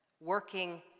working